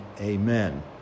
Amen